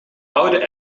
oude